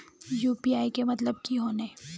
UPI के मतलब की होने?